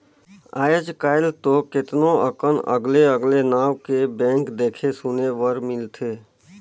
आयज कायल तो केतनो अकन अगले अगले नांव के बैंक देखे सुने बर मिलथे